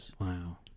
Wow